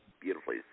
Beautifully